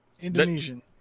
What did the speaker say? Indonesian